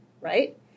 right